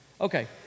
Okay